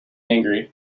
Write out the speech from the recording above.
angry